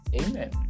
Amen